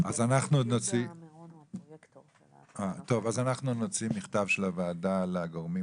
שצריך- -- אז אנחנו נוציא מכתב של הוועדה לגורמים